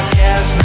guess